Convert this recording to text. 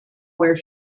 where